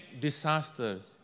disasters